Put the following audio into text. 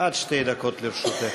עד שתי דקות לרשותך.